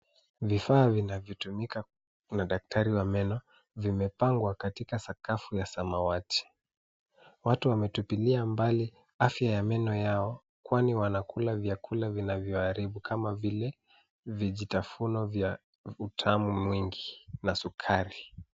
Vifaa vinavyotumika na daktari wa meno vimepangwa katika sakafu ya samawati. Watu wametupilia mbali afya ya meno yao kwani wanakula vyakula vinavyoharibu kama vile vijitafuno vya utamu mwingi na sukari.